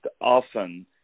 often